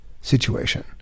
situation